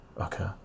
Okay